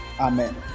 Amen